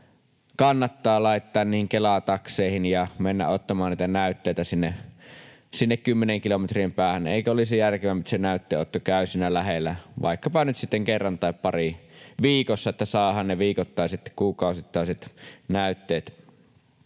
kannattaa laittaa Kela-takseihin menemään ottamaan niitä näytteitä kymmenien kilometrien päähän. Eikö olisi järkevämpää, että se näytteenotto käy siinä lähellä vaikkapa nyt sitten kerran tai pari viikossa, niin että saadaan ne viikoittaiset tai kuukausittaiset näytteet